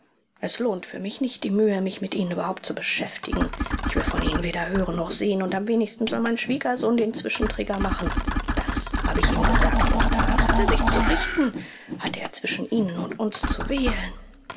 es lohnt für mich nicht die mühe mich mit ihnen überhaupt zu beschäftigen ich will von ihnen weder hören noch sehen und am wenigsten soll mein schwiegersohn den zwischenträger machen das habe ich ihm gesagt und danach hatte er sich zu richten hatte er zwischen ihnen und uns zu wählen